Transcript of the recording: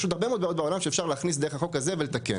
יש עוד הרבה בעיות בעולם שאפשר להכניס דרך החוק הזה ולתקן,